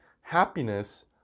happiness